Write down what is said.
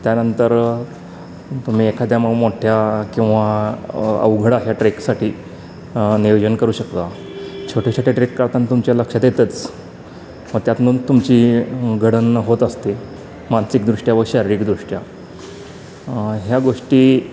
त्यानंतर तुम्ही एखाद्या मग मोठ्या किंवा अवघड अशा ट्रेकसाठी नियोजन करू शकता छोटे छोटे ट्रेक काढताना तुमच्या लक्षात येतच व त्यातनं तुमची घडण होत असते मानसिकदृष्ट्या व शारीरिकदृष्ट्या ह्या गोष्टी